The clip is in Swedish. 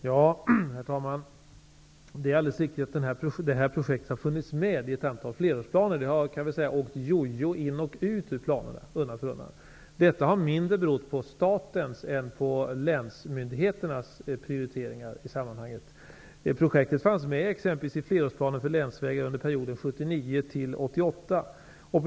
Herr talman! Det är riktigt att projektet har funnits med i ett antal flerårsplaner. Det har åkt jojo in och ut i planerna. Detta har mindre berott på statens än på länsmyndigheternas prioriteringar. Projektet fanns med i flerårsplanen för länsvägar under perioden 1979--1988.